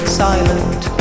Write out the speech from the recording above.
silent